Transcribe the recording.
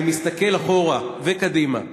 אני מסתכל אחורה וקדימה.